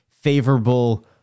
favorable